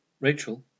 Rachel